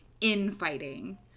infighting